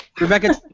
Rebecca